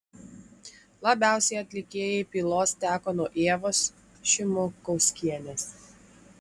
labiausiai atlikėjai pylos teko nuo ievos šimukauskienės